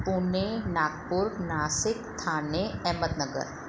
Pune Nagpur Nashik Thane Ahmednagar